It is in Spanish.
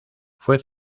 fue